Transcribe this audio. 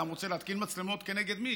אדם רוצה להתקין מצלמות, כנגד מי?